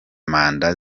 manda